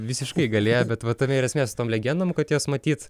visiškai galėjo bet va tame ir esmė su tom legendom kad jos matyt